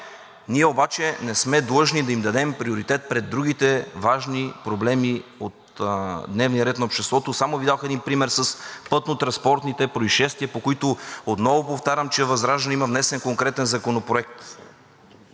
ние обаче не сме длъжни да им дадем приоритет пред другите важни проблеми от дневния ред на обществото. Само Ви дадох един пример с пътнотранспортните произшествия, по които, отново повтарям, ВЪЗРАЖДАНЕ има внесен конкретен законопроект.